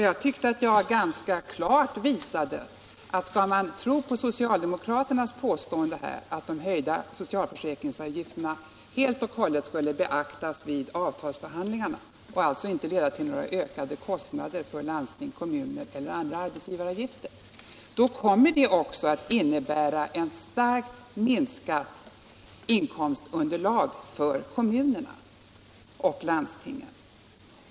Jag tycker att jag ganska klart visade att om de höjda socialförsäkringsavgifterna enligt socialdemokraternas påstående helt och hållet skulle beaktas vid avtalsförhandlingarna och alltså inte leda till några ökade kostnader för landsting, kommuner eller andra arbetsgivare, skulle det ändå innebära ett starkt minskat inkomstunderlag för kommuner och landsting.